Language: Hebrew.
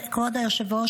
כבוד היושב-ראש,